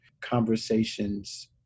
conversations